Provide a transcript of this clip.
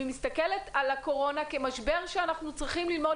שמסתכלת על הקורונה כמשבר שאנחנו צריכים ללמוד